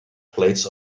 plates